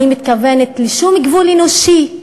אני מתכוונת לשום גבול אנושי,